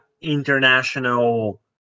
international